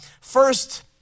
first